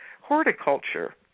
horticulture